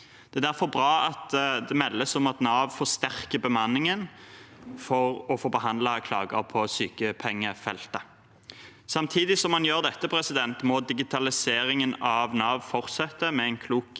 Det er derfor bra at det meldes om at Nav forsterker bemanningen for å få behandlet klager på sykepengefeltet. Samtidig som man gjør dette, må digitaliseringen av Nav fortsette, med en klok